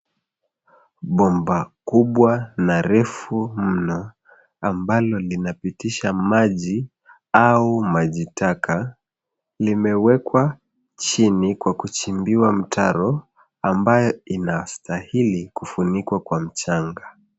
Bomba kubwa na refu mno ambalo linapitisha maji au maji taka limewekwa chini kwa kuchimbiwa mtaro ambayo inastahili kufunikwa kwa mchanga.